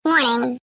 morning